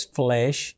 flesh